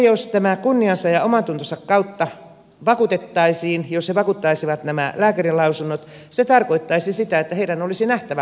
jos tämä kunnian ja omantunnon kautta vakuutettaisiin jos he vakuuttaisivat nämä lääkärinlausunnot se tarkoittaisi sitä että heidän olisi nähtävä potilas